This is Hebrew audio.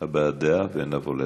הבעת דעה, ונעבור להצבעה.